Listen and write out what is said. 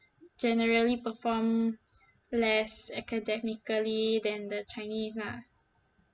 generally perform less academically than the chinese lah